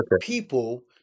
people